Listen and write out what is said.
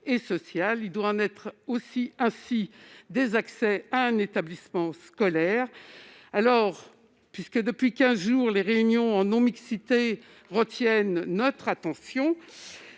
et sociales. Il doit en être ainsi de l'accès à un établissement scolaire. Aussi, puisque, depuis quinze jours, les réunions non mixtes retiennent notre attention,